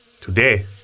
Today